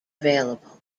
available